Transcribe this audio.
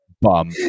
Bum